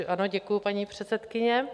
Ano, děkuju, paní předsedkyně.